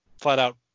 flat-out